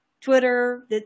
Twitter